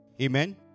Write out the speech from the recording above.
Amen